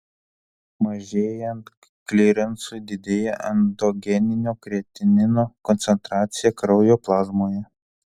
mažėjant klirensui didėja endogeninio kreatinino koncentracija kraujo plazmoje